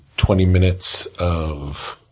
twenty minutes of